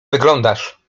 wyglądasz